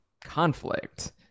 conflict